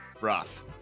Rough